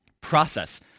process